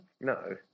No